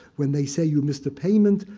when they say you missed a payment,